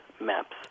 maps